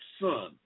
son